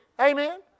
Amen